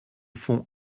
fond